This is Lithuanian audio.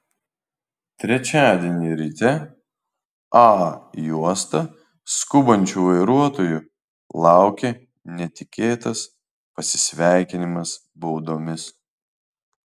trečiadienį ryte a juosta skubančių vairuotojų laukė netikėtas pasisveikinimas baudomis